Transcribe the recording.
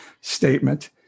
statement